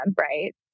right